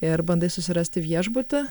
ir bandai susirasti viešbutį